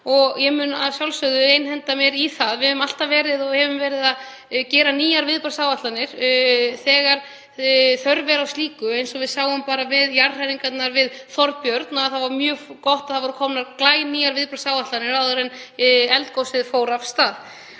Ég mun að sjálfsögðu einhenda mér í það. Við höfum alltaf verið að gera nýjar viðbragðsáætlanir þegar þörf er á slíku eins og við sáum þegar jarðhræringarnar voru við Þorbjörn. Það var mjög gott að komnar voru glænýjar viðbragðsáætlanir áður en eldgosið fór af stað.